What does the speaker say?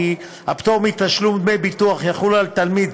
הפטור מתשלום דמי ביטוח יחול על תלמיד